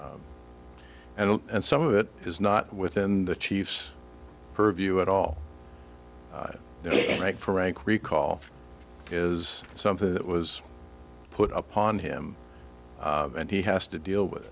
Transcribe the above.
fired and some of it is not within the chief's purview at all it makes for rank recall is something that was put upon him and he has to deal with